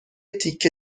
تیکه